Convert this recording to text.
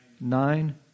Nine